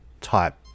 type